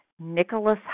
Nicholas